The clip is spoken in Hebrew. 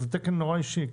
זה תקן נורא אישי,